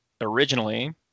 Originally